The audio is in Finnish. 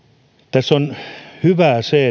tässä on hyvää se